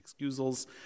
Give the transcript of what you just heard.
excusals